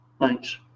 Thanks